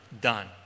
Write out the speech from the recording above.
done